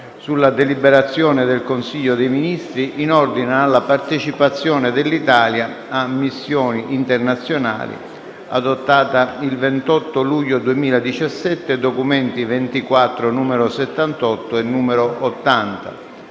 sulla deliberazione del Consiglio dei ministri in merito alla partecipazione dell'Italia alle missioni internazionali, adottata il 28 luglio 2017 (*Doc.* XXIV, nn. 78 e 80).